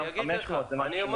גם 500 שקלים יהיה להם קשה.